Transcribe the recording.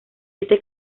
siete